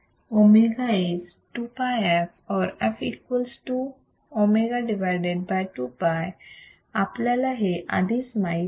omega is 2πf or f equals to w2π आपल्याला हे आधीच माहित आहे